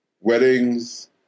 weddings